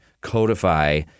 codify